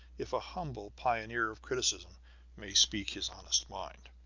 if a humble pioneer of criticism may speak his honest mind.